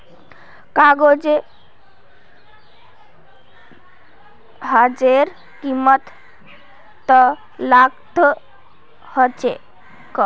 cargo जहाजेर कीमत त लाखत ह छेक